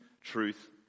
truth